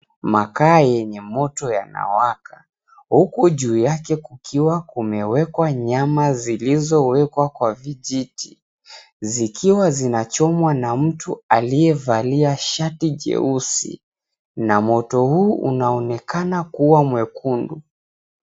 Makaa yenye moto yanawaka, huku juu yake kumewekwa nyama zilizowekwa kwa vijiti, zikiwa zinachomwa na mtu aliyevalia shati jeusi na moto huu unaonekana kuwa mwekundu.